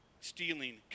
stealing